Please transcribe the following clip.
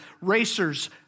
racers